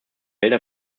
gelder